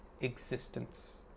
existence